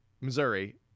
Missouri